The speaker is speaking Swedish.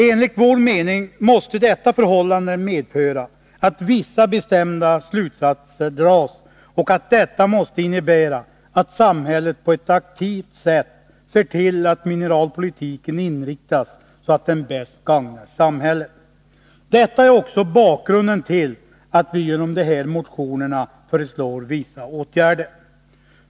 Enligt vår mening måste detta medföra att vissa bestämda slutsatser dras. Bl. a. måste detta innebära att samhället på ett aktivt sätt ser till att mineralpolitiken inriktas så, att den bäst gagnar samhället. Detta är också bakgrunden till att vi genom de här motionerna föreslår vissa åtgärder.